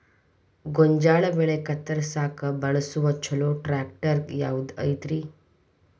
ಗೋಂಜಾಳ ಬೆಳೆ ಕತ್ರಸಾಕ್ ಬಳಸುವ ಛಲೋ ಟ್ರ್ಯಾಕ್ಟರ್ ಯಾವ್ದ್ ಐತಿ?